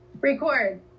Record